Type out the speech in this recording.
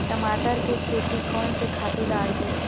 टमाटर के खेती कोन से खातु डारबो?